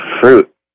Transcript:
fruit